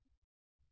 విద్యార్థి RCS